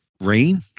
rain